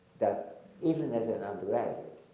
that even as an undergraduate,